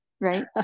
right